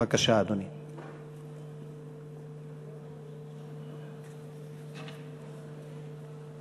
בבקשה, אדוני.